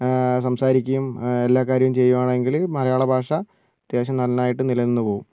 സംസാരിക്കേം എല്ലാ കാര്യം ചെയ്യുവാണെങ്കിൽ മലയാള ഭാഷ അത്യാവശ്യം നന്നായിട്ട് നിലനിന്ന് പോകും